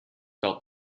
felt